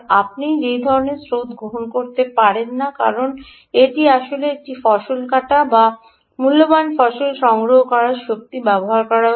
আপনি সেই ধরণের wave গ্রহণ করতে পারবেন না কারণ এটি আসলে একটি ফসল কাটা এবং মূল্যবান ফসল সংগ্রহ করার শক্তি ব্যবহার করা হচ্ছে